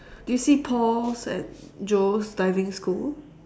do you see Paul's and Joe's diving school